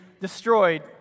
destroyed